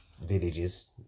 Villages